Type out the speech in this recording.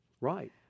Right